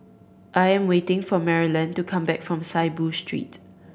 I am waiting for Marilyn to come back from Saiboo Street